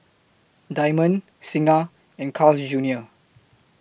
Diamond Singha and Carl's Junior